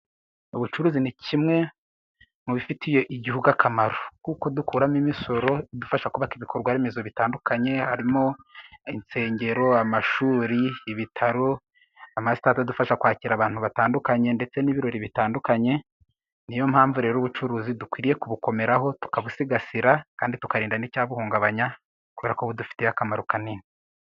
Ubucuruzi ni kimwe mu bifitiye igihugu akamaro, kuko dukuramo imisoro idufasha kubaka ibikorwa remezo bitandukanye harimo:insengero, amashuri, ibitaro amasitade adufasha kwakira abantu batandukanye ndetse n'ibirori bitandukanye, niyo mpamvu rero ubucuruzi dukwiye kubukomeraho tukabusigasira kandi tukarinda n'icyabuhungabanya, kubera ko budufitiye akamaro kanini.